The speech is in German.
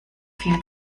viel